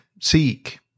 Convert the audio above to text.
seek